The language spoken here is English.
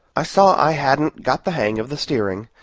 i saw i hadn't got the hang of the steering,